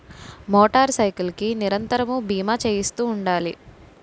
motor cycle కి నిరంతరము బీమా చేయిస్తుండాలి